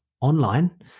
online